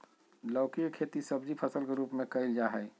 लौकी के खेती सब्जी फसल के रूप में कइल जाय हइ